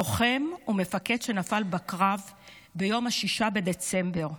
לוחם ומפקד שנפל בקרב ביום 6 בדצמבר: